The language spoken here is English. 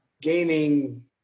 gaining